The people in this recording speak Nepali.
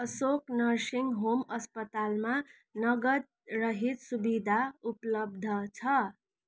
अशोक नर्सिङ होम अस्पतालमा नगद रहित सुविधा उपलब्ध छ